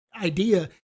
idea